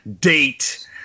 date